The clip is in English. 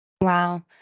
Wow